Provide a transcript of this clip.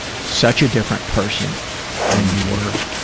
such a different person than you were,